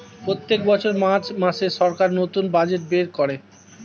প্রত্যেক বছর মার্চ মাসে সরকার নতুন বাজেট বের করে